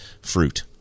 fruit